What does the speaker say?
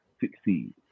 succeed